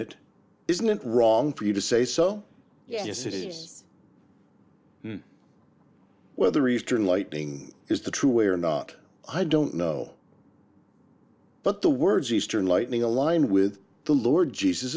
it isn't it wrong for you to say so yes it is and whether eastern lighting is the true way or not i don't know but the words eastern lightning aligned with the lord jesus